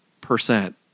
percent